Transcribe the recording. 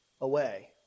away